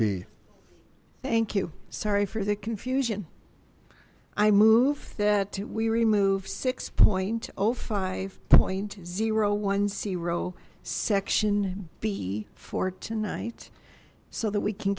p thank you sorry for the confusion i move that we remove six point zero five point zero one zero section b for tonight so that we can